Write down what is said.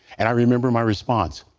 and i remember my response.